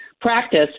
practice